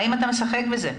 האם אתה משחק בזה?